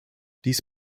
dies